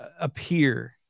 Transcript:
appear